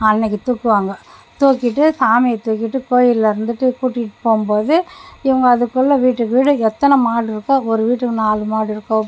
அன்றைக்கி தூக்குவாங்க தூக்கிட்டு சாமியை தூக்கிட்டு கோவிலேருந்துட்டு கூட்டிகிட்டு போகும் போது இவங்க அதுக்குள்ள வீட்டுக்கு வீடு எத்தனை மாடு இருக்கோ ஒரு வீட்டுக்கு நாலு மாடு இருக்கும்